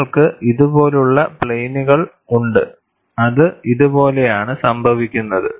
നിങ്ങൾക്ക് ഇതുപോലുള്ള പ്ലെയിനുകൾ ഉണ്ട് അത് ഇതു പോലെയാണ് സംഭവിക്കുന്നത്